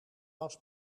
was